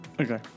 Okay